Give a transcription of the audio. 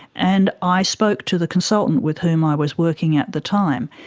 and i spoke to the consultant with whom i was working at the time,